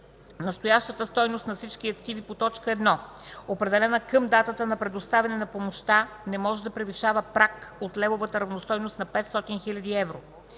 настоящата стойност на всички активи по т. 1, определена към датата на предоставяне на помощта, не може да превишава праг от левовата равностойност на 500 000 евро;